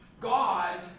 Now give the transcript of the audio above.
god